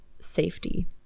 safety